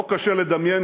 לא קשה לדמיין,